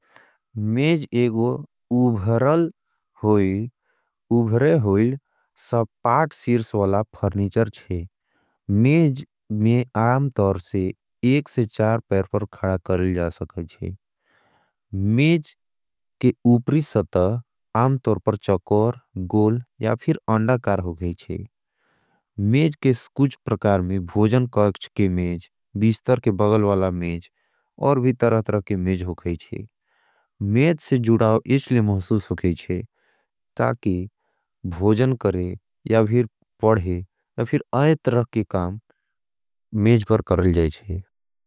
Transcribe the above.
मेज एगो उभरल होई, उभरे होई सपाट सीर्स वाला फ़र्णीचर छे। मेज में आमतोर से एक से चार पैर पर खड़ा करली जा सके छे। मेज के उपरी सत आमतोर पर चकोर, गोल या फिर अंडाकार हो गई छे। मेज के कुछ परकार में, भोजन काक्श के मेज, बीस्तर के बगल वाला मेज, और भी तरह तरह के मेज हो गई छे। मेज से जुड़ाव इसलिए महसूस हो गई छे, ताकि भोजन करे, या फिर पढ़े, या फिर आए तरह के काम मेज पर करली जा चे।